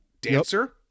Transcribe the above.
dancer